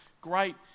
great